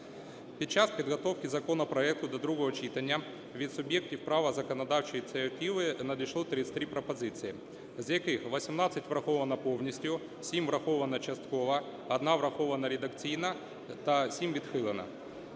Під час підготовки законопроекту до другого читання від суб'єктів права законодавчої ініціативи надійшло 33 пропозиції, з яких 18 враховано повністю, 7 враховано частково, одна врахована редакційно та 7 відхилено.